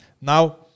Now